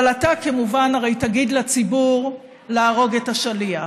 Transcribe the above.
אבל אתה כמובן הרי תגיד לציבור להרוג את השליח,